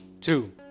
two